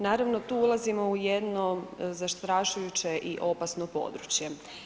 Naravno, tu ulazimo u jedno zastrašujuće i opasno područje.